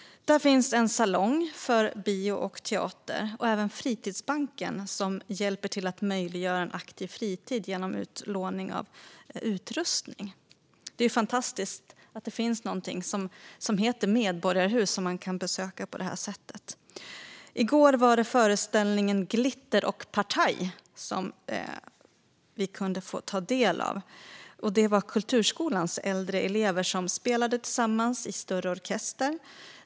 Där finns en salong för bio och teater och även Fritidsbanken som hjälper till att möjliggöra en aktiv fritid genom utlåning av utrustning. Det är fantastiskt att det finns något som heter medborgarhus som man kan besöka på detta sätt. I går kunde man ta del av föreställningen Glitter och partaj . Det var kulturskolans äldre elever som spelade tillsammans i en större orkester.